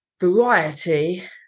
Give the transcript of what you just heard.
variety